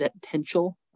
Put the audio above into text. potential